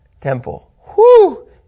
temple